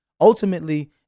Ultimately